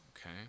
okay